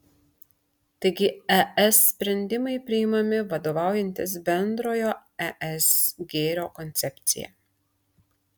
taigi es sprendimai priimami vadovaujantis bendrojo es gėrio koncepcija